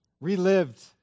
relived